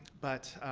but,